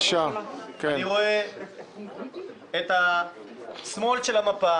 אני רואה את השמאל של המפה